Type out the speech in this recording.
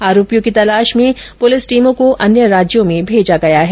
आरोपियों की तलाश में पुलिस टीमों को अन्य राज्यों में भेजा गया है